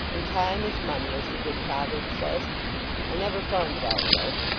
and time is money as the good proverb says i never found it out though.